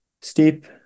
steep